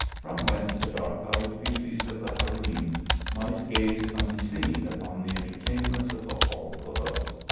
from whence the dark-eyed beauties of the harem might gaze unseen upon the entertainments of the hall below.